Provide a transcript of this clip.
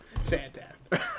Fantastic